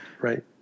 Right